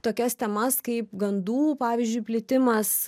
tokias temas kaip gandų pavyzdžiui plitimas